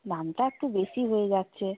দামটা একটু বেশি হয়ে যাচ্ছে